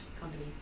company